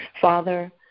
Father